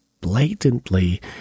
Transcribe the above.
blatantly